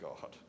God